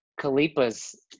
Kalipa's